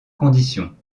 conditions